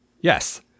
Yes